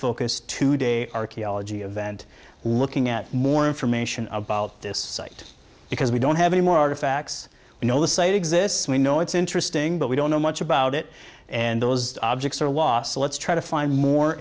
focus today archaeology event looking at more information about this site because we don't have any more artifacts we know the site exists we know it's interesting but we don't know much about it and those objects are lost so let's try to find more